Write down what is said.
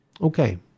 Okay